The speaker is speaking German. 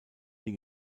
die